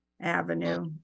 avenue